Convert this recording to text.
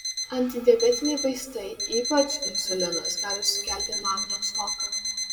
antidiabetiniai vaistai ypač insulinas gali sukelti magnio stoką